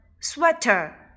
Sweater